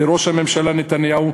לראש הממשלה נתניהו,